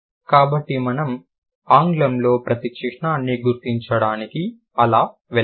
కాబట్టి మనం ఆంగ్లంలో ప్రతి చిహ్నాన్ని గుర్తించడానికి అలా వెళ్లాలి